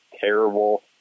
terrible